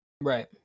Right